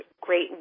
great